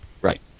Right